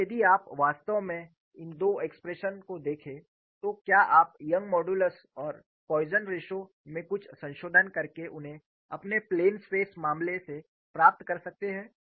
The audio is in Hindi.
और यदि आप वास्तव में इन दो एक्सप्रेशन को देखें तो क्या आप यंग मॉडुलस और पॉइसन रेश्यो में कुछ संशोधन करके उन्हें अपने प्लेन स्ट्रेस मामले से प्राप्त कर सकते हैं